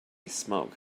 smoke